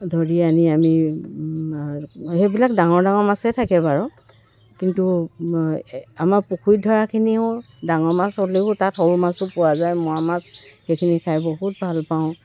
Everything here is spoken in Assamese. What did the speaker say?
ধৰি আনি আমি সেইবিলাক ডাঙৰ ডাঙৰ মাছে থাকে বাৰু কিন্তু আমাৰ পুখুৰীত ধৰাখিনিও ডাঙৰ মাছ হ'লেও তাত সৰু মাছো পোৱা যায় মোৱা মাছ সেইখিনি খাই বহুত ভাল পাওঁ